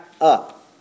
up